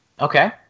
Okay